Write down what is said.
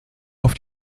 auf